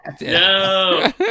No